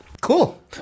Cool